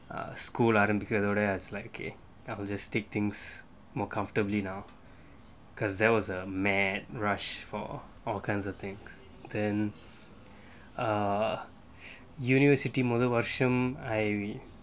a school ஆரம்பிச்சொடன:arambicchotana things more comfortably now because there was a mad rush for all kinds of things then err university model version I